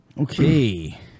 Okay